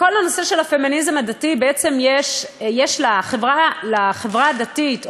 בכל הנושא של הפמיניזם הדתי בעצם יש לחברה הדתית,